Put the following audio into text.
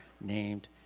named